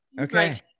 Okay